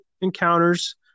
encounters